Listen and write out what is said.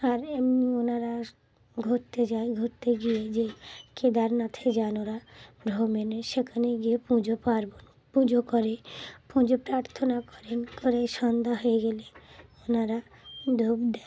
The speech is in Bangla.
আর এমনি ওনারা ঘুরতে যায় ঘুরতে গিয়ে যে কেদারনাথে যান ওরা ভ্রমণে সেখানে গিয়ে পুজো পার্বণ পুজো করে পুজো প্রার্থনা করেন করে সন্ধ্যা হয়ে গেলে ওনারা ধূপ দেয়